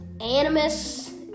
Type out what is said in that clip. animus